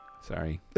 Sorry